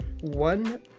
one